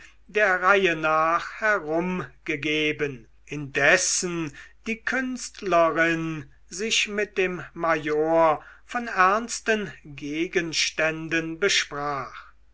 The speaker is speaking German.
der reihe nach herumgegeben indessen die künstlerin sich mit dem major von ernsten gegenständen besprach